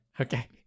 okay